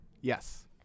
Yes